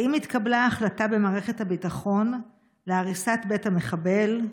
1. האם התקבלה החלטה במערכת הביטחון להריסת בית המחבל?